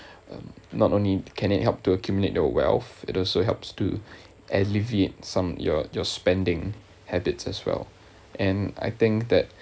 uh not only can it help to accumulate your wealth it also helps to alleviate some your your spending habits as well and I think that